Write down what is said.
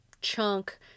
chunk